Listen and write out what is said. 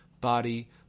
body